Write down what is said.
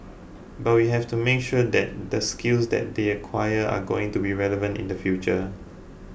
but we have to make sure that the skills that they acquire are going to be relevant in the future